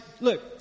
look